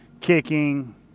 kicking